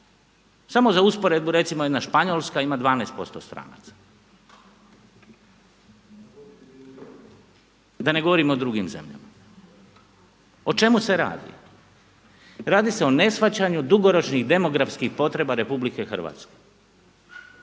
Samo za usporedbu recimo jedna Španjolska ima 12% stranaca da ne govorim o drugim zemljama. O čemu se radi? Radi se o neshvaćanju dugoročnih demografskih potreba RH.